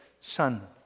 Son